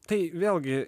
tai vėlgi